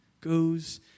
goes